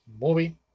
movie